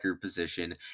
position